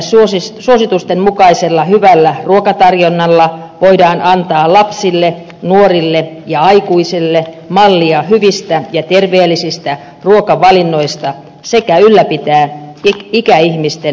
ammattikeittiöiden monipuolisella suositusten mukaisella ja hyvällä ruokatarjonnalla voidaan antaa lapsille nuorille ja aikuisille mallia hyvistä ja terveellisistä ruokavalinnoista sekä ylläpitää ikäihmisten toimintakykyä